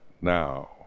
now